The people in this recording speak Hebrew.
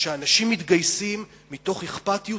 כשאנשים מתגייסים מתוך אכפתיות,